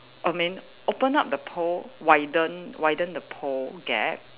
I mean open up the pole widen widen the pole gap